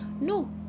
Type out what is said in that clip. No